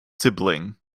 sibling